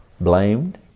blamed